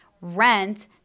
rent